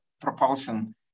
propulsion